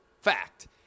fact